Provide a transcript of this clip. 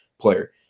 player